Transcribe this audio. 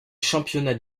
championnats